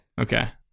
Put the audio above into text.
okay